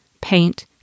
paint